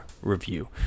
review